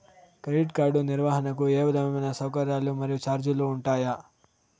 Credit card నిర్వహణకు ఏ విధమైన సౌకర్యాలు మరియు చార్జీలు ఉంటాయా?